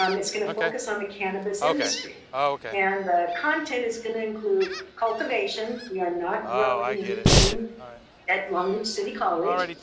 um going to focus on the cannabis industry and the content is going to include cultivation, we are not rowing anything at long beach city college,